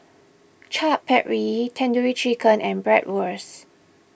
Chaat Papri Tandoori Chicken and Bratwurst